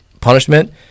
punishment